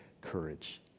courage